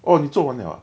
orh 你做完了啊